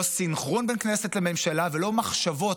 לא סנכרון בין כנסת לממשלה ולא מחשבות